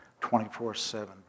24-7